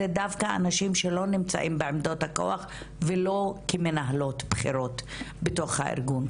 זה דווקא הנשים שלא נמצאות בעמדות הכוח ולא כמנהלות בכירות בתוך הארגון.